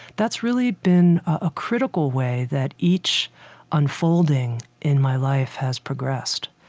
that's really been a critical way that each unfolding in my life has progressed